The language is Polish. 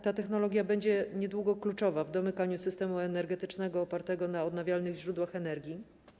Ta technologia będzie niedługo kluczowa w domykaniu systemu energetycznego opartego na odnawialnych źródłach energii.